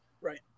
Right